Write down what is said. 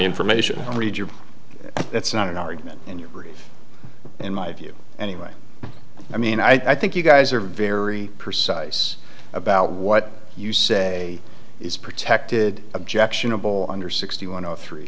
information that's not an argument in your brief in my view anyway i mean i think you guys are very precise about what you say is protected objectionable under sixty one of three